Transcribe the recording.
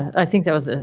i think that was ah